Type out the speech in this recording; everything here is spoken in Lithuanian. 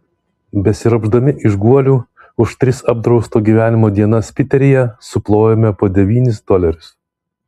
besiropšdami iš guolių už tris apdrausto gyvenimo dienas piteryje suplojome po devynis dolerius